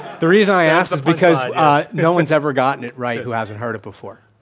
the reason i ask is because no one's ever gotten it right who hasn't heard it before.